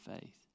faith